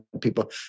People